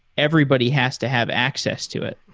everybody has to have access to it.